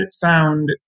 found